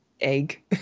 egg